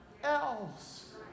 Else